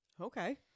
Okay